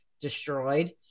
destroyed